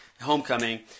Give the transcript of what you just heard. Homecoming